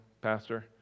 pastor